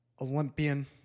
Olympian